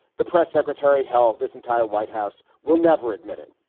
the press secretary held this entire white house will never admit it.